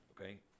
Okay